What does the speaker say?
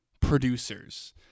producers –